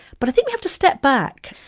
but i think we have to step back.